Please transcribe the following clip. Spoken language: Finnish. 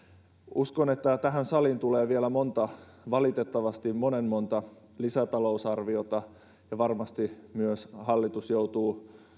uskon että tähän saliin tulee vielä monta valitettavasti monen monta lisätalousarviota ja varmasti hallitus joutuu myös